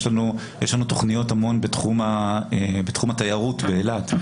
יש לנו המון תכניות המון בתחום התיירות באילת,